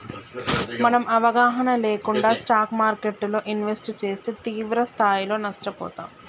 మనం అవగాహన లేకుండా స్టాక్ మార్కెట్టులో ఇన్వెస్ట్ చేస్తే తీవ్రస్థాయిలో నష్టపోతాం